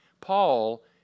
Paul